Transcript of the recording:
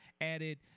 added